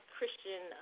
Christian